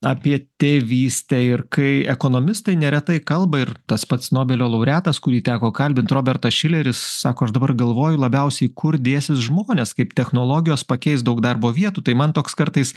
apie tėvystę ir kai ekonomistai neretai kalba ir tas pats nobelio laureatas kurį teko kalbint robertas šileris sako aš dabar galvoju labiausiai kur dėsis žmonės kaip technologijos pakeis daug darbo vietų tai man toks kartais